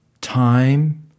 time